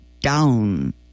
down